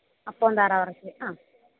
അപ്പവും താറാവ് ഇറച്ചിയും ആ